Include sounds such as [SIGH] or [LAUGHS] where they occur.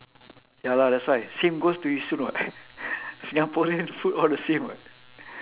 ya lah that's why same goes to yishun [what] [LAUGHS] singaporean food all the same [what]